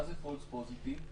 מה זה false positive?